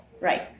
Right